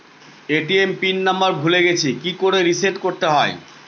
ATM pin number ভুলে গেছি কি করে রিসেট করতে হয়?